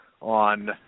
on